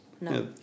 No